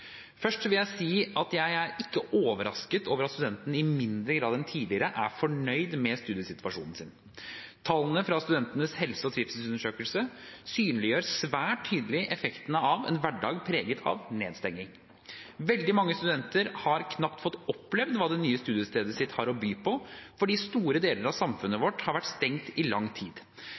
vil jeg si at jeg ikke er overrasket over at studentene i mindre grad enn tidligere er fornøyd med studiesituasjonen sin. Tallene fra Studentenes helse- og trivselsundersøkelse synliggjør svært tydelig effektene av en hverdag preget av nedstengning. Veldig mange studenter har knapt fått opplevd hva det nye studiestedet deres har å by på, fordi store deler av samfunnet vårt har vært stengt i lang tid.